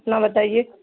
اپنا بتائیے